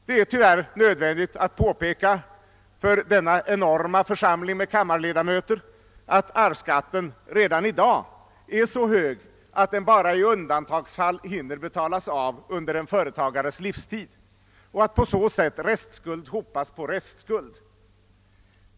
Det är tyvärr nödvändigt att påpeka för kammarledamöterna att arvsskatten redan nu är så hög, att den bara i undantagsfall hinner betalas av under en företagares livstid, varför restskuld hopas på restskuld.